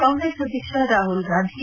ಕಾಂಗ್ರೆಸ್ ಅಧ್ವಕ್ಷ ರಾಮಲ್ ಗಾಂಧಿ